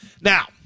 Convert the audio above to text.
Now